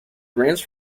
grants